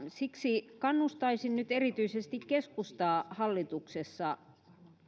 siksi kannustaisin nyt erityisesti keskustaa hallituksessa